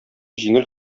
җиңел